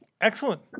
Excellent